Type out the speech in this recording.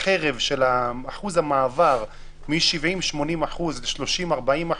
חרב של שיעור המעבר מ-70%-80% ל-30%-40%,